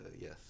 Yes